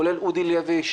כולל אודי לוי,